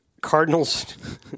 Cardinals